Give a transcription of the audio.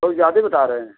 बहुत ज़्यादा बता रहे हैं